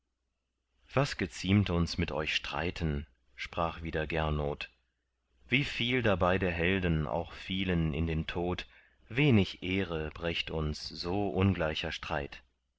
wie geziemt uns mit euch streiten sprach wieder gernot wieviel dabei der helden auch fielen in den tod wenig ehre brächt uns so ungleicher streit